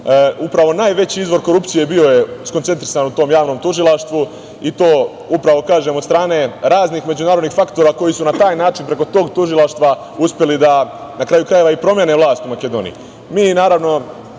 upravo najveći izvor korupcije bio je skoncentrisan u tom Javnom tužilaštvu i to upravo, kažem, od strane raznih međunarodnih faktora koji su na taj način, preko tog tužilaštva uspeli da, na kraju krajeva, i promene vlast u Makedoniji. Mi, naravno,